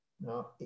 Now